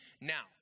now